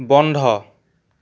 বন্ধ